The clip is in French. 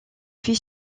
fils